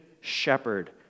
Shepherd